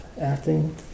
acting